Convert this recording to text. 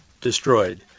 destroyed